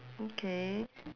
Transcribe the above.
okay